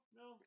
no